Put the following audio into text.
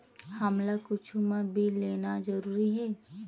हमला कुछु मा बिल लेना जरूरी हे?